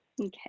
okay